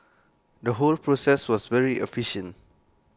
the whole process was very efficient